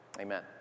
Amen